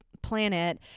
Planet